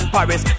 Paris